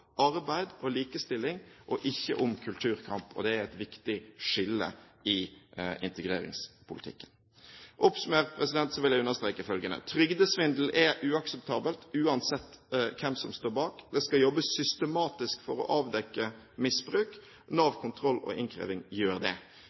arbeid og likestilling og ikke om kulturkamp, og dét er et viktig skille i integreringspolitikken. Oppsummert vil jeg understreke følgende: Trygdesvindel er uakseptabelt, uansett hvem som står bak. Det skal jobbes systematisk for å avdekke misbruk. Nav kontroll og innkreving gjør dette. Vi må gjøre det